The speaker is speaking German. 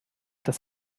das